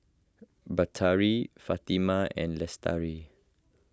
Batari Fatimah and Lestari